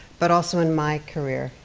but also in my career,